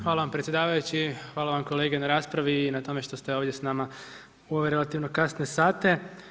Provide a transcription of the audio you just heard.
Hvala vam predsjedavajući, hvala vam kolege na raspravi i na tome što ste ovdje s nama u ove relativno kasne sate.